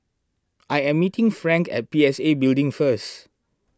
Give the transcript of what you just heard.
I am meeting Frank at P S A Building first